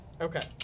okay